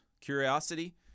curiosity